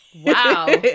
Wow